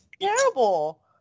terrible